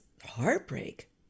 heartbreak